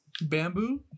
Bamboo